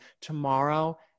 tomorrow